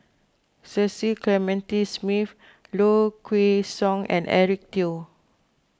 Cecil Clementi Smith Low Kway Song and Eric Teo